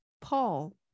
paul